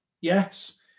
yes